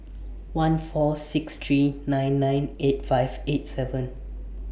one four six three nine nine eight five eight seven